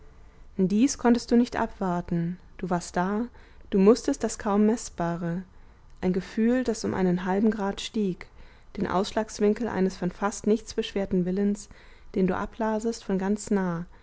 dies konntest du nicht abwarten du warst da du mußtest das kaum meßbare ein gefühl das um einen halben grad stieg den ausschlagswinkel eines von fast nichts beschwerten willens den du ablasest von ganz nah